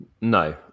No